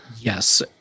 Yes